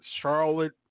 Charlotte